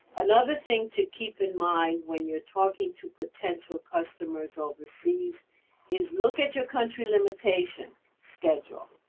another thing to keep in mind when you're talking to potential customers oversees is look at your country limitation schedule.